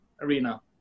arena